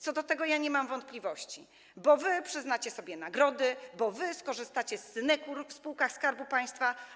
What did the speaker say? Co do tego ja nie mam wątpliwości, bo wy przyznacie sobie nagrody, bo wy skorzystacie z synekur w spółkach Skarbu Państwa.